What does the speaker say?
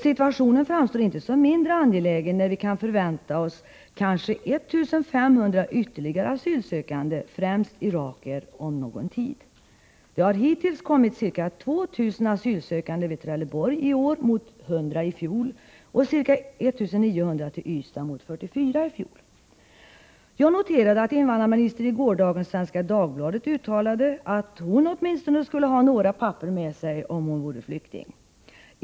Situationen framstår inte som mindre angelägen när vi kan förvänta oss ytterligare kanske 1 500 asylsökande — främst irakier — om någon tid. Det har hittills i år kommit ca 2 000 asylsökande till Trelleborg, mot 100 i fjol, och ca 1 900 till Ystad, mot 44 i fjol. Jag noterade att invandrarministern i gårdagens Svenska Dagbladet uttalade att hon åtminstone skulle ha några papper med sig om hon vore flykting.